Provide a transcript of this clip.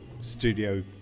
studio